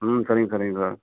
ம் சரிங்க சரிங்க சார்